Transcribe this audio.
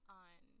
on